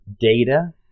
data